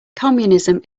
communism